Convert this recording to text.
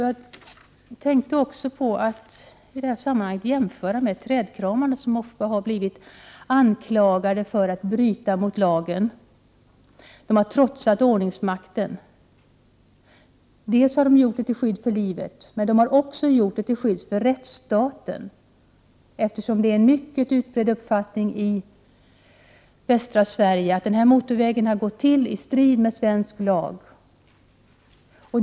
Jag kan i sammanhanget jämföra med trädkramarna, som ofta har blivit anklagade för att bryta mot lagen. De har trotsat ordningsmakten. Dels har de gjort det till skydd för livet, dels till skydd för rättsstaten. I Västsverige är det en mycket utbredd uppfattning att beslutet om denna motorväg har fattats i strid mot svensk lag.